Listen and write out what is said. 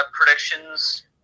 predictions